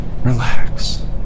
relax